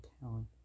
talent